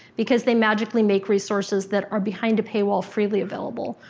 because they magically make resources that are behind a paywall freely available,